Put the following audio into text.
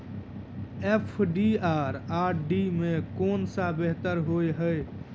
FD आ RD मे केँ सा बेहतर होइ है?